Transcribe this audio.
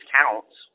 counts